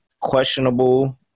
questionable